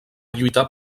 lluitar